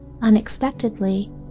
Unexpectedly